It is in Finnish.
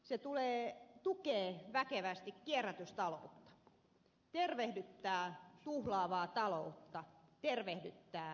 se tukee väkevästi kierrätystaloutta tervehdyttää tuhlaavaa taloutta tervehdyttää ympäristöä